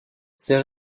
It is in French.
ses